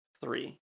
three